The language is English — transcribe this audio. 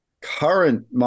current